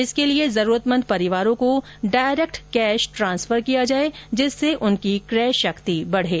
इसके लिए जरूरतमंद परिवारों को डायरेक्ट कैश ट्रांसफर किया जाए जिससे उनकी कय शक्ति बढे